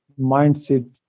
mindset